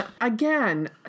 again